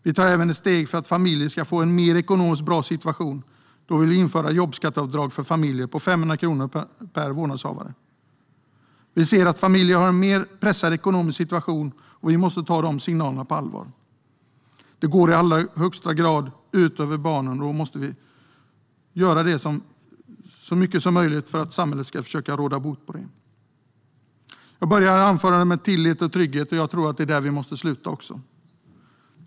Vi tar även ett steg för att familjer ska få en mer ekonomiskt bra situation, då vi vill införa ett jobbskatteavdrag för familjer, på 500 kronor per vårdnadshavare. Vi ser att familjer har en mer pressad ekonomisk situation, och vi måste ta de signalerna på allvar. Det går i allra högsta grad ut över barnen, och då måste vi göra så mycket som möjligt för att samhället ska råda bot på detta. Jag började anförandet med "tillit och trygghet" och tror att det är där det måste sluta också.